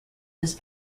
his